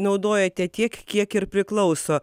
naudojate kiek kiek ir priklauso